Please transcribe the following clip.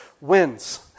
wins